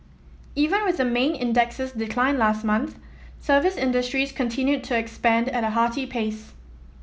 even with the main index's decline last month service industries continued to expand at a hearty pace